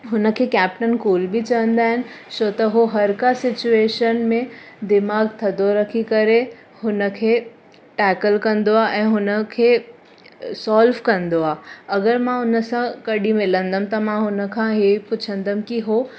हुनखे captain cool बि चवंदा आहिनि छो उहो हर का सिचवेशन में दिमाग़ु थधो रखे करे हुनखे टेकल कंदो आहे ऐं हुनखे सॉल्व कंदो आहे अगरि मां हुन सां कॾहिं मिलंदमि त मां हुन खां इहो पुछंदमि की उहो